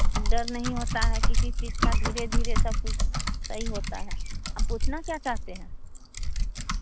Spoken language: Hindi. अब डर नहीं होता है किसी चीज़ का धीरे धीरे सब कुछ सही होता है आप पूछना क्या चाहते हैं